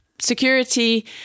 Security